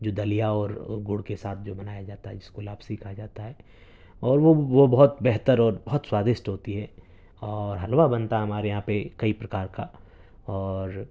جو دلیا اور گڑ کے ساتھ جو بنایا جاتا ہے جس کو لاپسی کہا جاتا ہے اور وہ وہ بہت بہتر اور بہت سوادشٹ ہوتی ہے اور حلوہ بنتا ہے ہمارے یہاں پہ کئی پرکار کا اور